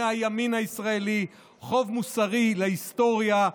"הימין הישראלי"; חוב מוסרי להיסטוריה,